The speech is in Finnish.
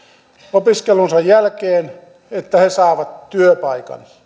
opiskelunsa jälkeen he saavat työpaikan